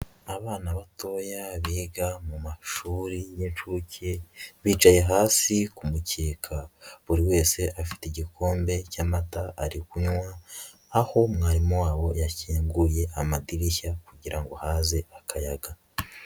Abana batoya biga mu mashuri y'inshuke bicaye hasi ku mukeka, buri wese afite igikombe cy'amata ari kunywa, aho mwarimu wabo yakinguye amadirishya kugira ngo haze akayaga.